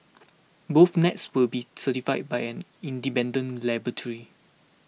both nets will be certified by an independent laboratory